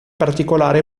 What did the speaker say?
particolare